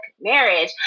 marriage